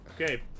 Okay